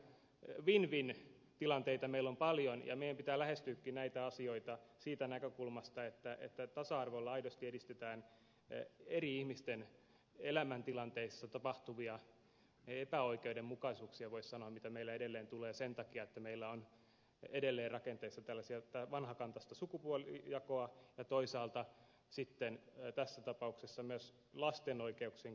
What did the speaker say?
tämäntyyppisiä win win tilanteita meillä on paljon ja meidän pitääkin lähestyä näitä asioita siitä näkökulmasta että tasa arvolla aidosti edistetään ihmisten eri elämäntilanteissa tapahtuvien epäoikeudenmukaisuuksien poistamista voisi sanoa joita meille edelleen tulee sen takia että meillä on edelleen rakenteissa tällaista vanhakantaista sukupuolijakoa ja toisaalta sitten tässä tapauksessa myös lasten oikeuksien kannalta rajallisuutta